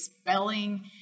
spelling